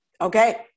Okay